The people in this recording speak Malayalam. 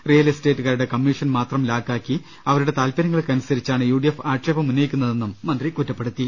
റിയൽ എസ്റ്റേറ്റു കാരുടെ കമ്മീഷൻ മാത്രം ലാക്കാക്കി അവരുടെ താൽപര്യങ്ങൾക്കനുസരിച്ചാണ് യു ഡി എഫ് ആക്ഷേപം ഉന്നയിക്കുന്നതെന്നും മന്ത്രി പറഞ്ഞു